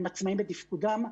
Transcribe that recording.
הם עצמאיים בתפקודם.